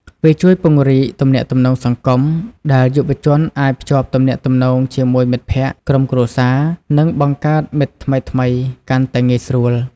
វាជួយពង្រីកទំនាក់ទំនងសង្គម ដែលយុវជនអាចភ្ជាប់ទំនាក់ទំនងជាមួយមិត្តភក្តិ ក្រុមគ្រួសារ និងបង្កើតមិត្តថ្មីៗកាន់តែងាយស្រួល។